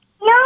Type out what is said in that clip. No